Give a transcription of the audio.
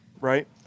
right